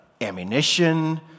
ammunition